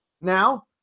now